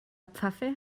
pfaffe